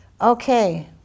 Okay